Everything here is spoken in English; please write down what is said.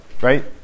Right